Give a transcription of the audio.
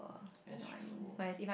that's true